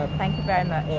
thank you very